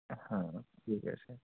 হ্যাঁ ঠিক আছে